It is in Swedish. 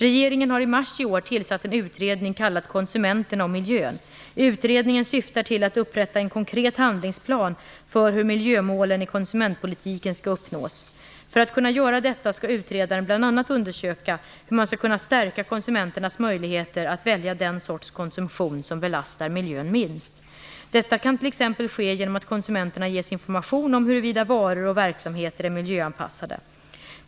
Regeringen har i mars i år tillsatt en utredning kallad Konsumenterna och miljön . Utredningen syftar till att upprätta en konkret handlingsplan för hur miljömålen i konsumentpolitiken skall uppnås. För att kunna göra detta skall utredaren bl.a. undersöka hur man skall kunna stärka konsumenternas möjligheter att välja den sorts konsumtion som belastar miljön minst. Detta kan t.ex. ske genom att konsumenterna ges information om huruvida varor och verksamheter är miljöanpassade.